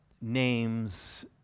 names